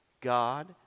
God